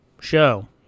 show